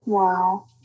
Wow